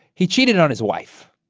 he cheated on his wife.